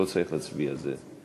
לא צריך להצביע על זה,